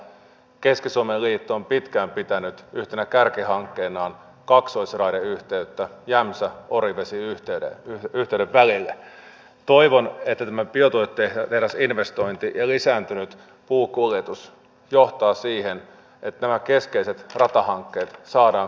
hallintarekisterilaki ja tehokkaan katumisen laki eivät valitettavasti ole ainoita lakeja joiden valmistelua ja käsittelyä on leimannut avoimuuden puute kiire asiantuntijakuulemisten ja lausuntojen sivuuttaminen ja käytetyn tiedon valikointi hallituksen omia tarkoitusperiä tukevaksi